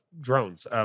drones